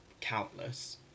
countless